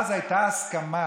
אז הייתה הסכמה,